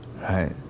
Right